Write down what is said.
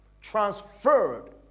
transferred